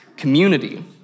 Community